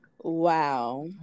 Wow